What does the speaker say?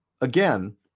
again